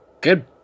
good